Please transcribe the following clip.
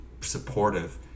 supportive